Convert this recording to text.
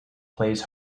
plays